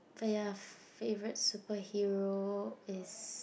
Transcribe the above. so ya favourite superhero is